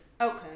Okay